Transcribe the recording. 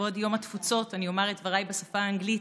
לכבוד יום התפוצות אני אומר את דבריי בשפה האנגלית,